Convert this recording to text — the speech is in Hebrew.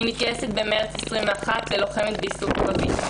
אני מתגייסת במרץ 2021 להיות לוחמת באיסוף קרבי.